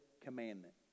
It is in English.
commandment